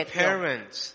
parents